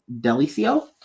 delicio